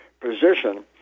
position